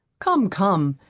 come, come,